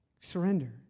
Surrender